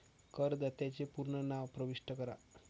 करदात्याचे पूर्ण नाव प्रविष्ट करा